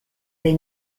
dei